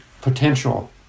potential